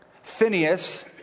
Phineas